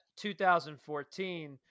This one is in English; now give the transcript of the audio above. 2014